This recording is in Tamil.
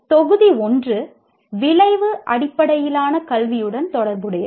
தொகுதி 1 விளைவு அடிப்படையிலான கல்வியுடன் தொடர்புடையது